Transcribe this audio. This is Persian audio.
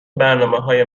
برنامههای